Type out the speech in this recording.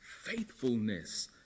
faithfulness